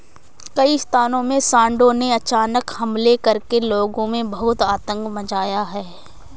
कई स्थानों में सांडों ने अचानक हमले करके लोगों में बहुत आतंक मचाया है